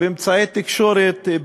באמצעי התקשורת,